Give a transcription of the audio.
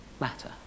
matter